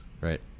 right